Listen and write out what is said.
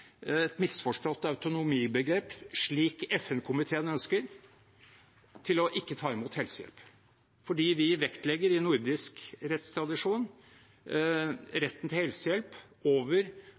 et misforstått autonomibegrep, slik FN-komiteen ønsker, til å ikke ta imot helsehjelp, fordi vi vektlegger i nordisk rettstradisjon retten til helsehjelp over